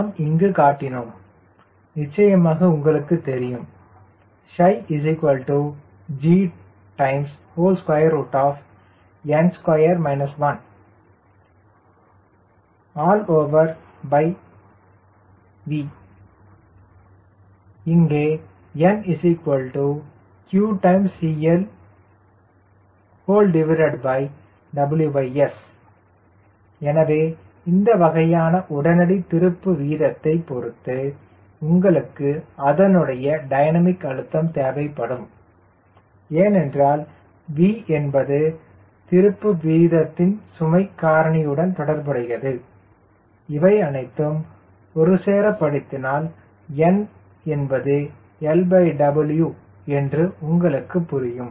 நாம் இங்கு காட்டினோம் நிச்சயமாக உங்களுக்குத் தெரியும் gn2 1V இங்கே nqCLWS எனவே எந்த வகையான உடனடி திருப்பு வீதத்தை பொருத்து உங்களுக்கு அதனுடைய டைனமிக் அழுத்தம் தேவைப்படும் ஏனென்றால் V என்பது திருப்பு வீதத்தின் சுமை காரணியுடன் தொடர்புடையது இவை அனைத்தையும் ஒருசேரப்படுத்தினால் n என்பது LW என்று உங்களுக்கு புரியும்